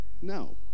No